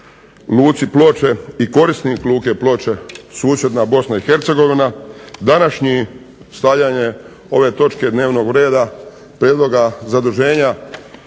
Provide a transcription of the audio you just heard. luci Ploče i korisnik luke Ploče susjedna Bosna i Hercegovina današnji stavljanje ove točke dnevnog reda prijedloga zaduženja